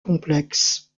complexes